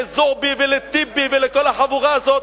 לזועבי ולטיבי ולכל החבורה הזאת,